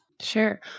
Sure